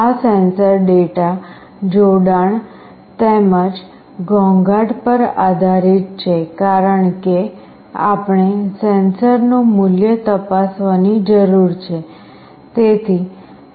આ sensor data જોડાણ તેમજ ઘોંઘાટ પર આધારિત છે કારણ કે આપણે સેન્સરનું મૂલ્ય તપાસવાની જરૂર છે